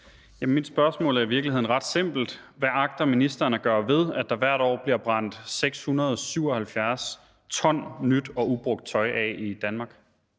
Mit spørgsmål er i virkeligheden ret simpelt: Hvad agter ministeren at gøre ved, at der hvert år bliver brændt 677 t nyt og ubrugt tøj af i Danmark?